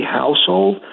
household